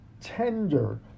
tender